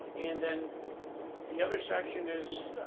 and then the other section is